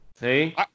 Hey